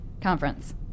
conference